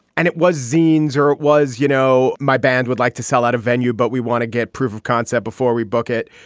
and it was scenes or it was you know my band would like to sell out of venue but we want to get proof of concept before we book it.